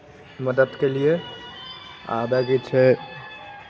मदति केलियै आबय जे छै